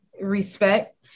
respect